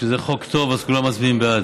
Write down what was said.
כשזה חוק טוב, אז כולם מצביעים בעד.